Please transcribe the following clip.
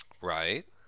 Right